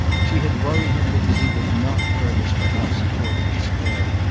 she had worried him because he would not furnish the house in portman square,